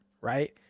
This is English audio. right